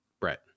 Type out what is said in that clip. brett